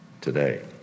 today